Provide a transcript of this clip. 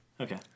Okay